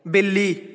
ਬਿੱਲੀ